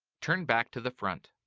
turn back to the front.